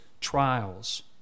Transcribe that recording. trials